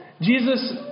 Jesus